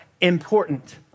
important